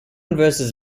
versus